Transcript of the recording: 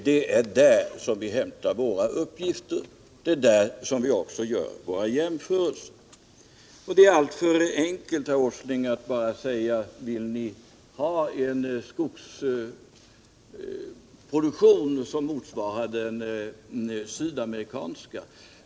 Det är där vi hämtar uppgifterna för våra jämförelser. Det är alltför enkelt, herr Åsling, att bara säga: Vill ni ha en skogsproduktion som motsvarar den sydamerikanska?